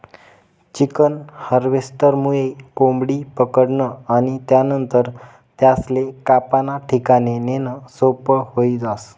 chicken हार्वेस्टरमुये कोंबडी पकडनं आणि त्यानंतर त्यासले कापाना ठिकाणे नेणं सोपं व्हयी जास